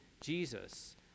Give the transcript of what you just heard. Jesus